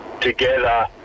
together